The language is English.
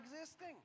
existing